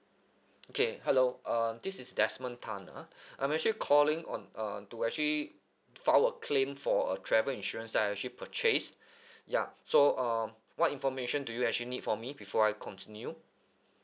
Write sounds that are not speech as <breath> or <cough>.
okay hello um this is desmond tan ah <breath> I'm actually calling on on uh to actually file a claim for a travel insurance that I actually purchased <breath> ya so uh what information do you actually need from me before I continue